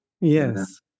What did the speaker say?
Yes